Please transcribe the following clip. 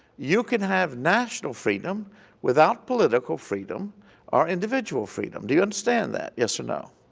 you can have national freedom without political freedom or individual freedom. do you understand that yes or no?